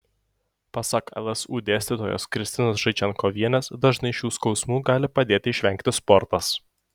pasak lsu dėstytojos kristinos zaičenkovienės dažnai šių skausmų gali padėti išvengti sportas